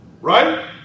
Right